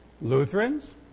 Lutherans